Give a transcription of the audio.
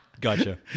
Gotcha